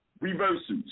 reverses